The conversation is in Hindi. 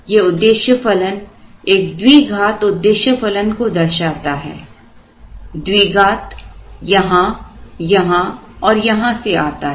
ये उद्देश्य फलन एक द्विघात उद्देश्य फलन को दर्शाता है द्विघात यहां यहां और यहां से आता है